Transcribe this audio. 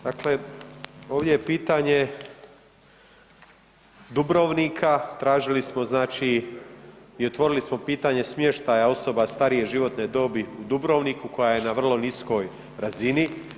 Dakle, ovdje je pitanje Dubrovnika, tražili smo znači i otvorili smo pitanje smještaja osoba starije životne dobi u Dubrovniku koja je na vrlo niskoj razini.